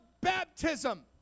baptism